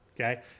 okay